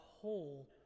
whole